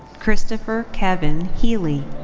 christopher kevin healy.